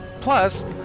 Plus